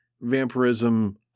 vampirism